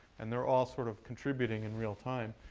and they're all sort of contributing in real time.